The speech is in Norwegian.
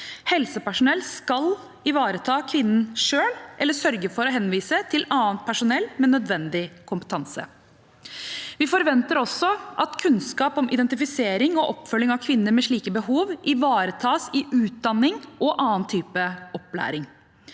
Helsepersonell skal ivareta kvinnen selv eller sørge for å henvise til annet personell med nødvendig kompetanse. Vi forventer også at kunnskap om identifisering og oppfølging av kvinner med slike behov ivaretas i utdanning og annen type opplæring.